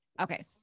okay